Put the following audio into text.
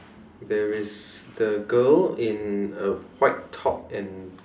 there is the girl in a white top and